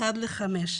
אחת לחמש.